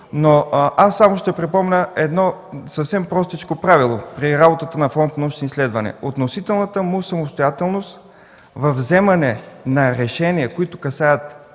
Само ще припомня едно съвсем простичко правило при работата на Фонд „Научни изследвания” – относителната му самостоятелност при вземане на решения, които касаят